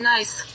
Nice